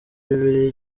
bibiliya